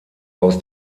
aus